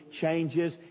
changes